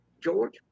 George